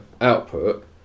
output